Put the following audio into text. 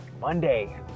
Monday